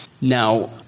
Now